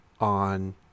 on